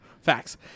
Facts